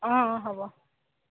অঁ হ'ব